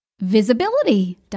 visibility